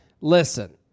listen